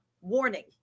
warning